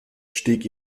stieg